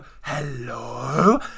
hello